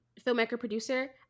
filmmaker-producer